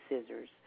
scissors